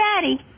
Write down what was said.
daddy